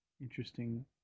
interesting